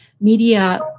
media